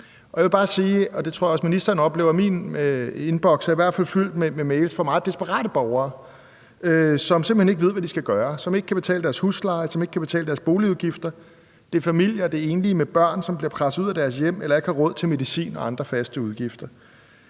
Jeg vil bare sige – og det tror jeg også ministeren oplever – at min indboks i hvert fald er fyldt med mails fra meget desperate borgere, som simpelt hen ikke ved, hvad de skal gøre, som ikke kan betale deres husleje, og som ikke kan betale deres boligudgifter. Det er familier, og det er enlige med børn, som bliver presset ud af deres hjem eller ikke har råd til medicin og andre faste udgifter.